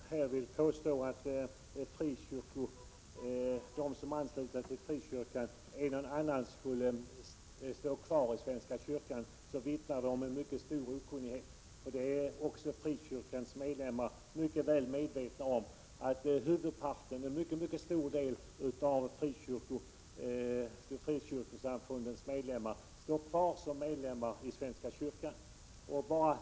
Herr talman! Att här påstå att en och annan av dem som är anslutna till frikyrkan också skulle stå kvar i svenska kyrkan vittnar om en mycket stor okunnighet. Frikyrkosamfundens medlemmar är väl medvetna om att huvudparten av dem står kvar som medlemmar i svenska kyrkan.